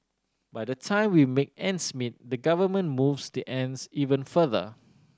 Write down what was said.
by the time we make ends meet the government moves the ends even further